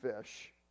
fish